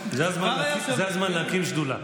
זה הזמן להקים שדולה.